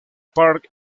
park